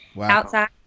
outside